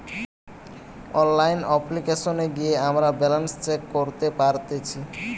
online অপ্লিকেশনে গিয়ে আমরা ব্যালান্স চেক করতে পারতেচ্ছি